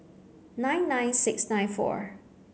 nine nine six nine four